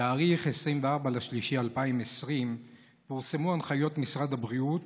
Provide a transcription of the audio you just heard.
בתאריך 24 במרץ 2020 פורסמו הנחיות משרד הבריאות